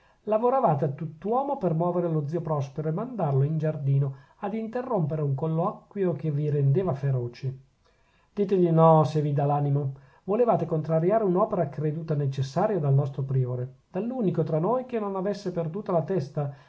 lavoravate a tutt'uomo per muovere lo zio prospero e mandarlo in giardino ad interrompere un colloquio che vi rendeva feroci dite di no se vi dà l'animo volevate contrariare un'opera creduta necessaria dal nostro priore dall'unico tra noi che non avesse perduta la testa